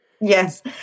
Yes